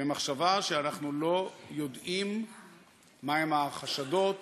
במחשבה שאנחנו לא יודעים מהם החשדות,